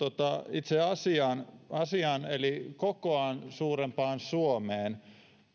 itse asiaan asiaan eli kokoaan suurempaan suomeen